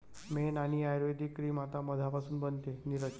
मेण आणि आयुर्वेदिक क्रीम आता मधापासून बनते, नीरज